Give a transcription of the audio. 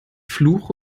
fluch